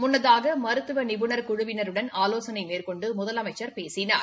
முன்னதாக மருத்துவ நிபவுணா் குழுவினருடன் ஆலோசனை மேற்கொண்டு முதலமைச்சா் பேசினார்